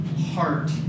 heart